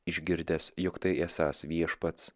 išgirdęs jog tai esąs viešpats